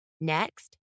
Next